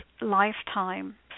lifetime